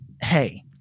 hey